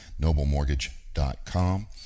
NobleMortgage.com